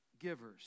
givers